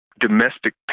domestic